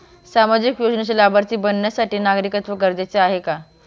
सामाजिक योजनेचे लाभार्थी बनण्यासाठी नागरिकत्व गरजेचे आहे का?